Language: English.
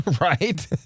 Right